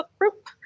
group